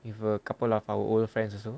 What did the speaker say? with a couple of our old friends also